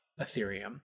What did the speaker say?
Ethereum